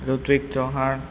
Hrithik Chauhan